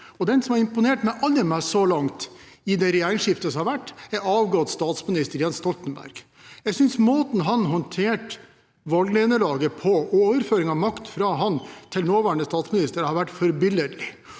Den som har imponert meg aller mest så langt i det regjeringsskiftet som har vært, er den avgåtte statsminister Jens Stoltenberg. Jeg synes måten han håndterte valgnederlaget på og overføringen av makt fra ham til nåværende statsminister har vært forbilledlig.